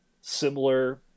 similar